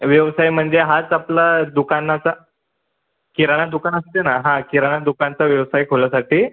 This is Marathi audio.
व्यवसाय म्हणजे हाच आपला दुकानाचा किराणा दुकान असते ना हा किराणा दुकानचा व्यवसाय खोलायसाठी